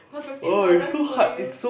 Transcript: per fifteen dollars for you